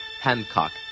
Hancock